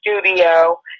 studio